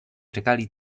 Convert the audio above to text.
czekali